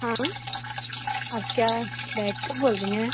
हाँ आप क्या डायरेक्टर बोल रहें हैं